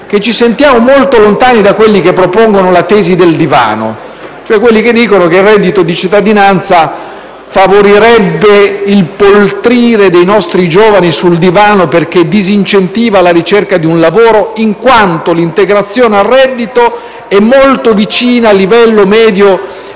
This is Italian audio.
che ci sentiamo molto lontani da quelli che propongono la tesi del divano, cioè da quelli che dicono che il reddito di cittadinanza favorirebbe il poltrire dei nostri giovani sul divano, perché disincentiva la ricerca di un lavoro in quanto l'integrazione al reddito è molto vicina al livello medio